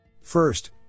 First